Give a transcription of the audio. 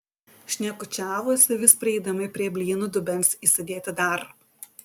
šnekučiavosi vis prieidami prie blynų dubens įsidėti dar